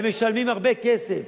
הם משלמים הרבה כסף.